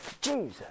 Jesus